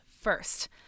first